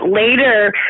later